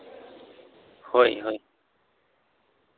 ᱦᱳᱭᱼᱦᱳᱭ